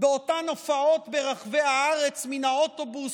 באותן הופעות ברחבי הארץ מן האוטובוס,